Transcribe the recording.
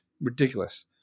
Ridiculous